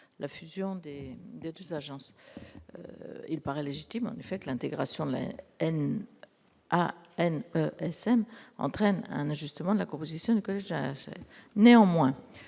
la fusion des deux agences. Il paraît légitime, en effet, que l'intégration de l'ANESM entraîne un ajustement de la composition du collège de la HAS. Néanmoins,